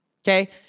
Okay